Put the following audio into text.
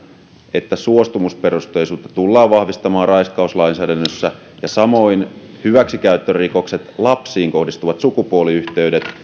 että suostumusperusteisuutta tullaan vahvistamaan raiskauslainsäädännössä ja samoin hyväksikäyttörikokset lapsiin kohdistuvat sukupuoliyhteydet